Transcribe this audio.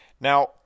Now